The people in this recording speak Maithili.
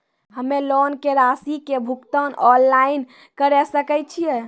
हम्मे लोन के रासि के भुगतान ऑनलाइन करे सकय छियै?